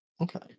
Okay